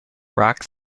rock